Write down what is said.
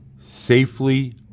safely